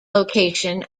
location